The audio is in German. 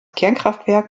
kernkraftwerk